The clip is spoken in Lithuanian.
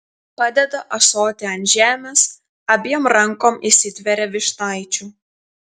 padeda ąsotį ant žemės abiem rankom įsitveria vyšnaičių